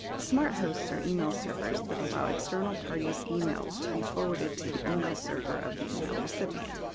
smarthosts are email servers that allow external parties' emails to be forwarded to the email server of the email recipient.